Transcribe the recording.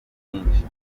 bwinshi